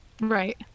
right